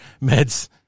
meds